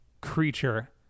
creature